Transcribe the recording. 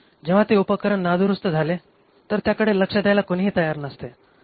जेव्हा ते उपकरण नादुरुस्त झाले तर त्याकडे लक्ष द्यायला कोणीही तयार नसते